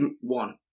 one